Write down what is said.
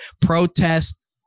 protest